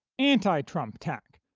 anti-trump, tack,